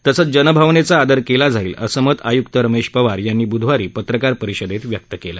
तसेच जनभावनेचा आदर केला जाईल असं मत आयुक्त रमेश पवार यांनी बुधवारी पत्रकार परिषेदत व्यक्त केले